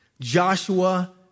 Joshua